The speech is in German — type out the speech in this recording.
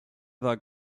war